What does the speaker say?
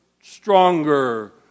stronger